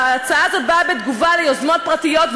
ההצעה הזאת באה בתגובה ליוזמות פרטיות,